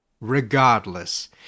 Regardless